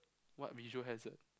what visual hazard